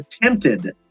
attempted